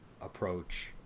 approach